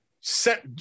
set